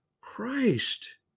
Christ